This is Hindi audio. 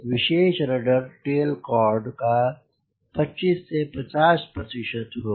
विशेष रडर टेल कॉर्ड का 25 से 50 प्रतिशत होगा